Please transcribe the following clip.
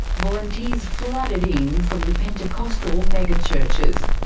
volunteers flooded in from the pentecostal mega-churches.